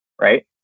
Right